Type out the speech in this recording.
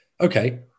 okay